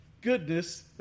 goodness